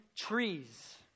trees